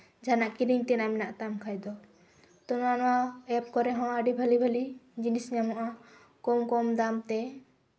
ᱡᱟᱦᱟᱱᱟᱜ ᱠᱤᱨᱤᱧ ᱛᱮᱱᱟᱜ ᱢᱮᱱᱟᱜ ᱛᱟᱢ ᱠᱷᱟᱡ ᱫᱚ ᱛᱚ ᱱᱚᱣᱟ ᱱᱚᱣᱟ ᱮᱯ ᱠᱚᱨᱮ ᱦᱚᱸ ᱟᱹᱰᱤ ᱵᱷᱟᱞᱮ ᱵᱷᱟᱞᱮ ᱡᱤᱱᱤᱥ ᱧᱟᱢᱚᱜᱼᱟ ᱠᱚᱢ ᱠᱚᱢ ᱫᱟᱢ ᱛᱮ